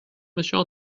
monsieur